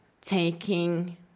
taking